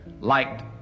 liked